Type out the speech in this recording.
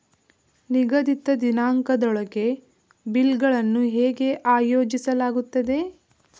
ನಿಗದಿತ ದಿನಾಂಕದೊಳಗೆ ಬಿಲ್ ಗಳನ್ನು ಹೇಗೆ ಆಯೋಜಿಸಲಾಗುತ್ತದೆ?